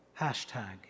Hashtag